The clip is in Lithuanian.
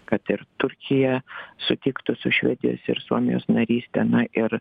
kad ir turkija sutiktų su švedijos ir suomijos naryste na ir